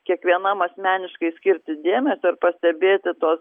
kiekvienam asmeniškai skirti dėmesio ir pastebėti tuos